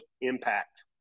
impact